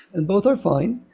and both are fine.